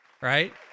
right